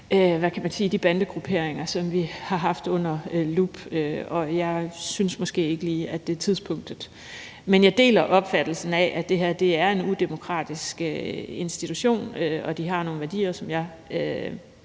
ved jeg fra de bandegrupperinger, som vi har haft under lup – og jeg synes måske ikke lige, at det er tidspunktet. Men jeg deler opfattelsen af, at det her er en udemokratisk institution, og de har nogle værdier, som jeg